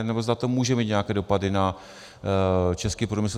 Nebo zda to může mít nějaké dopady na český průmysl.